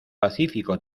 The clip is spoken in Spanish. pacífico